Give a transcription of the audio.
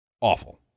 awful